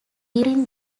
during